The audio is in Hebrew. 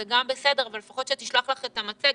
זה גם בסדר אבל שלפחות תשלח לך את המצגת.